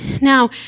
Now